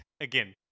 again